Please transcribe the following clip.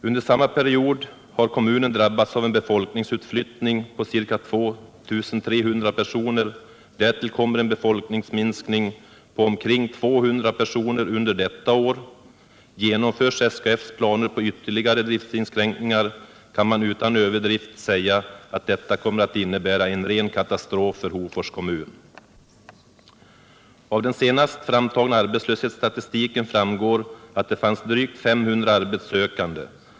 Under samma period har kommunen drabbats av en befolkningsutflyttning på ca 2 300 personer, och därtill kommer en befolkningsminskning på omkring 200 personer under detta år. Genomförs SKF:s planer på ytterligare driftinskränkningar kan man utan överdrift säga att detta kommer att innebära en ren katastrof för Hofors kommun. Av den senast framtagna arbetslöshetsstatistiken framgår att det fanns drygt 500 arbetssökande.